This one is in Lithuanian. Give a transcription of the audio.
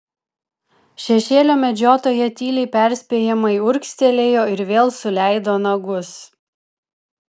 šešėlio medžiotoja tyliai perspėjamai urgztelėjo ir vėl suleido nagus